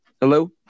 Hello